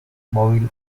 mobile